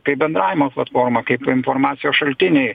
kaip bendravimo platforma kaip informacijos šaltiniai